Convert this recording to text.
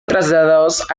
trasladados